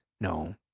No